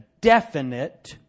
definite